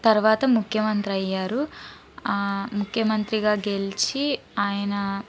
తర్వాత ముఖ్యమంత్రి అయ్యారు ముఖ్యమంత్రిగా గెలిచి ఆయన